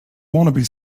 wannabe